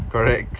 correct